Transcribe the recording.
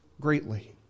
greatly